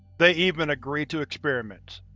they even agree to experiments.